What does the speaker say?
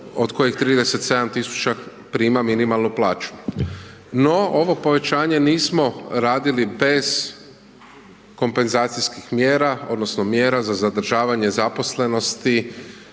od kojih 37 000 prima minimalnu plaću. No ovo povećanje nismo radili bez kompenzacijskih mjera odnosno mjera za zadržavanje zaposlenosti